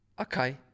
Okay